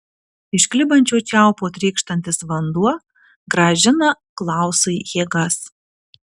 iš klibančio čiaupo trykštantis vanduo grąžina klausui jėgas